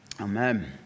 amen